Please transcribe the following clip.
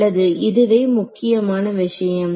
நல்லது இதுவே முக்கியமான விஷயம்